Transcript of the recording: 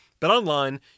BetOnline